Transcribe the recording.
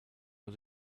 was